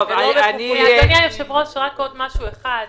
אדוני היושב-ראש, רק עוד משהו אחד.